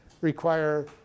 require